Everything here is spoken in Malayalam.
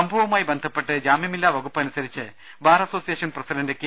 സംഭവവുമായി ബന്ധപ്പെട്ട് ജാമ്യമില്ലാ വകുപ്പ് അനുസരിച്ച് ബാർ അസോസിയേഷൻ പ്രസിഡന്റ് കെ